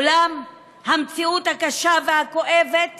אולם המציאות הקשה והכואבת